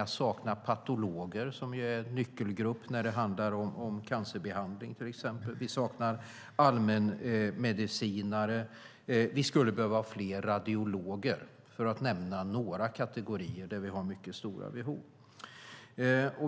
att sakna patologer, som ju är en nyckelgrupp till exempel när det handlar om cancerbehandling. Vi saknar allmänmedicinare. Vi skulle behöva fler radiologer, för att nämna några kategorier där vi har mycket stora behov.